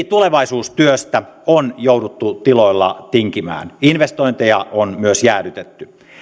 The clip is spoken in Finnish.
tulevaisuustyöstä on jouduttu tiloilla tinkimään investointeja on myös jäädytetty